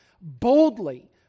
boldly